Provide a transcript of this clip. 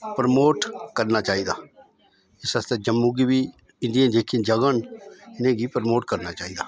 promote करना चाहिदा इस आस्तै जम्मू गी बी इंडिया जेहकी जगह न इ'नेंगी प्रमोट करना चाहिदा